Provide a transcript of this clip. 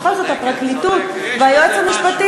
צודקת, צודקת.